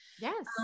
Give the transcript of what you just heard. yes